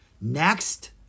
Next